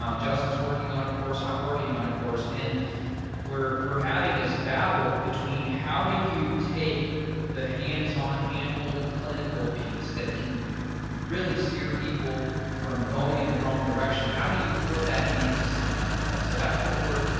justin's working on a course i'm working on a course and we're we're having this battle between how do you take the hands on hand holding clinical piece that can really steer people from going in the wrong direction? how do you put that into something like that? so that's what we're,